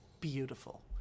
Beautiful